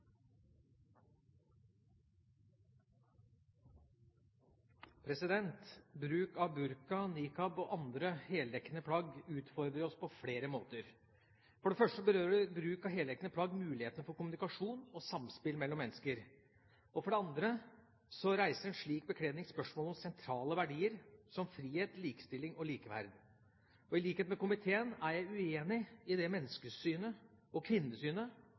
Bruk av burka, niqab og andre heldekkende plagg utfordrer oss på flere måter. For det første berører bruk av heldekkende plagg muligheten for kommunikasjon og samspill mellom mennesker. For det andre reiser en slik bekledning spørsmål om sentrale verdier som frihet, likestilling og likeverd. I likhet med komiteen er jeg uenig i det menneskesynet og kvinnesynet